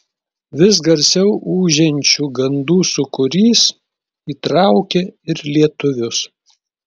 vis garsiau ūžiančių gandų sūkurys įtraukė ir lietuvius